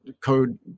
code